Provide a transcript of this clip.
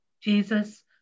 Jesus